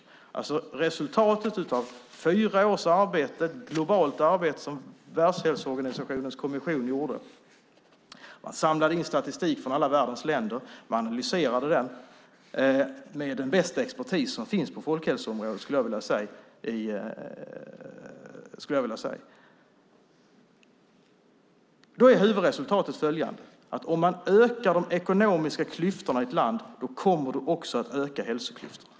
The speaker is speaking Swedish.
Det är alltså resultatet av fyra års globalt arbete som Världshälsoorganisationens kommission gjort. Man har samlat in statistik från alla världens länder. Man har analyserat den med den bästa expertis som finns på folkhälsoområdet, skulle jag vilja säga. Då är huvudresultatet följande: Om man ökar de ekonomiska klyftorna i ett land kommer man också att öka hälsoklyftorna.